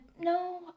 no